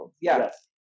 Yes